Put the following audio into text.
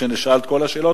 שנשאל את כל השאלות,